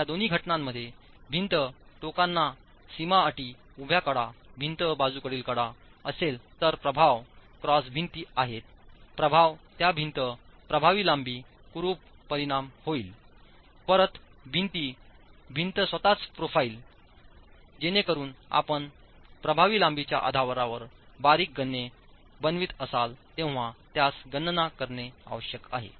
या दोन्ही घटनांमध्ये भिंत टोकांना सीमा अटी उभ्या कडा भिंत बाजूकडील कडा असेल तरप्रभावक्रॉस भिंती आहेतप्रभावत्या भिंत प्रभावी लांबी कुरूप परिणाम होईल परत भिंती भिंत स्वतःच प्रोफाइल जेणेकरून आपण प्रभावी लांबीच्या आधारावर बारीक गणने बनवित असाल तेव्हा त्यास गणना करणे आवश्यक आहे